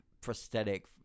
prosthetic